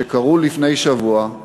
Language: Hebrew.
שקרו לפני שבוע,